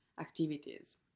activities